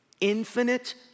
Infinite